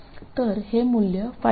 तर हे मूल्य 5